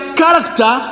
character